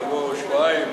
שבוע או שבועיים,